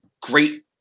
great